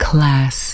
Class